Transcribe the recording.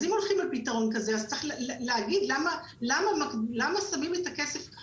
אם הולכים לפתרון כזה אז צריך להגיד למה שמים את הכסף על הפתרון הזה.